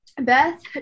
Beth